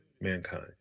mankind